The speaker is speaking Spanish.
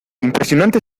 impresionante